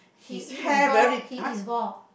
he is bald he is bald